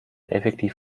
effektiv